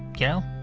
you know,